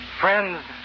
Friends